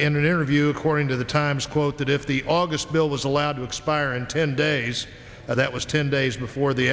in an interview according to the times quote that if the august bill was allowed to expire in ten days that was ten days before the